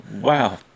Wow